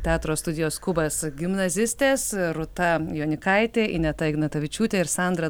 teatro studijos kubas gimnazistės rūta jonikaitė ineta ignatavičiūtė ir sandra